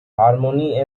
harmony